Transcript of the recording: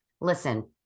listen